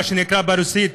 מה שנקרא ברוסית,